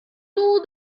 rule